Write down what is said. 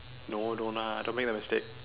no don't lah don't make that mistake